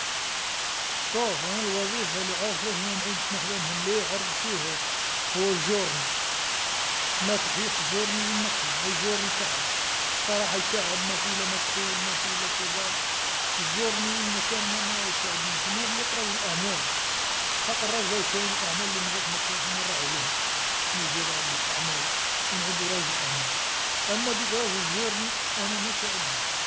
شوف أنا الوظيفه اللي عارف روحي منعودش نخدمها مليح عارف واش هي، هو الجورن، ماتحياش الجورني وين ما كان، الجورني يتعب، الصراحه يتعب، ما فيه لا ما مدخول ما فيه لا كذا، الجورني وين ما كان أنا ما يساعدنيش، أنا وليت رجل أعمال، الحق الراجل آو كاين الأعمال لي مازالت ما كانش، رانا نراعو ليها كشما يجيب ربي الأعمال ونعود رجل أعمال، أما ديك رجل جورني أنا ما تساعدنيش.